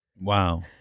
wow